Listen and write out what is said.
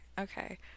Okay